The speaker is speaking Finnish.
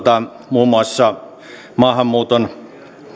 muun muassa maahanmuuton